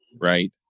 right